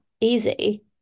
easy